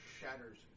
shatters